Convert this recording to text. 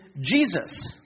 Jesus